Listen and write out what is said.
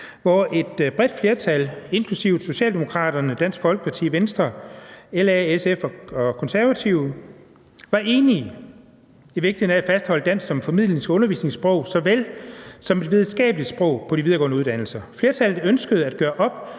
hvor et bredt flertal inklusive Socialdemokraterne, Dansk Folkeparti, Venstre, LA, SF og Konservative var enige i vigtigheden af at fastholde dansk som formidlings- og undervisningssprog såvel som videnskabeligt sprog på de videregående uddannelser. Flertallet ønskede at gøre op